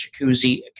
Jacuzzi